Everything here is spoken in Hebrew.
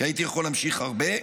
כי הייתי יכול להמשיך הרבה,